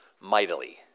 mightily